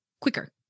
quicker